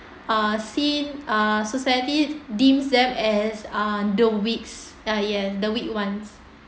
uh seems uh society deems them as uh the weaks err yes the weak ones